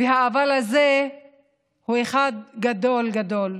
והאבל הזה הוא אחד גדול גדול,